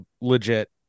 legit